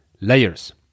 layers